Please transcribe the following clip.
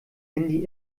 handy